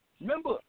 Remember